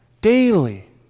daily